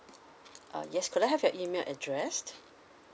uh yes could I have your email address